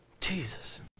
Jesus